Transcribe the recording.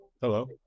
Hello